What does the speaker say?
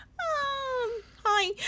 Hi